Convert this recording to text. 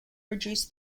reduce